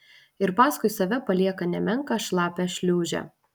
ir paskui save palieka nemenką šlapią šliūžę